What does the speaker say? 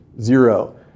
Zero